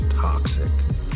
toxic